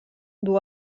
duu